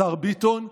השר ביטון,